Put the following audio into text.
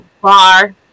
bar